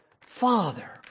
Father